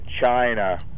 China